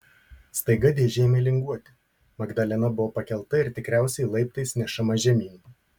staiga dėžė ėmė linguoti magdalena buvo pakelta ir tikriausiai laiptais nešama žemyn